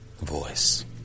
voice